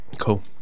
Cool